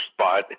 spot